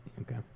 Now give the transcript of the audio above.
Okay